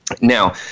Now